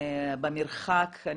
במרחק,